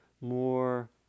more